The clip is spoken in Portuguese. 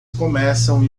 começam